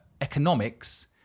economics